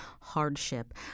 hardship